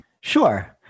Sure